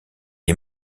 est